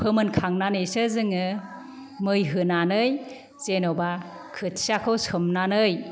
फोमोनखांनानैसो जोङो मै होनानै जेन'बा खोथियाखौ सोमनानै